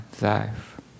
life